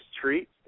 treat